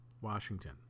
Washington